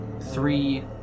three